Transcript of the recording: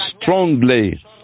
strongly